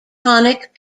tonic